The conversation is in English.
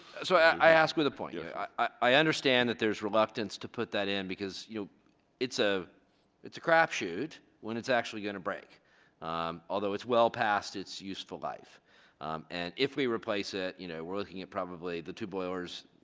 so i asked with a point. yeah i understand that there is reluctance to put that in because you it's a it's a crapshoot when it's actually going to break although it's well past its useful life and if we replace it you know we're looking at probably the two boilers